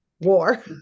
war